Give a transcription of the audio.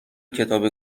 کتاب